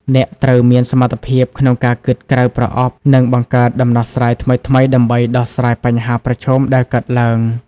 អ្នកត្រូវមានសមត្ថភាពក្នុងការគិតក្រៅប្រអប់ និងបង្កើតដំណោះស្រាយថ្មីៗដើម្បីដោះស្រាយបញ្ហាប្រឈមដែលកើតឡើង។